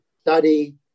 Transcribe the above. study